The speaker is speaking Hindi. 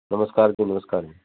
नमस्कार सर नमस्कार